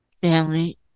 family